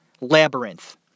Labyrinth